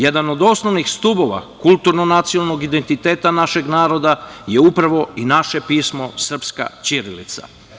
Jedan od osnovnih stubova kulturno nacionalnog identiteta našeg naroda je upravo i naše pismo – srpska ćirilica.